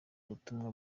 butumwa